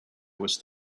was